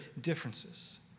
differences